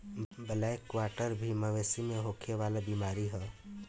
black quarter भी मवेशी में होखे वाला बीमारी ह